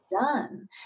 done